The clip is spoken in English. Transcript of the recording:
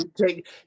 take